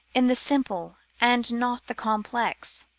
in the simple and not the complex,